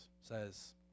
says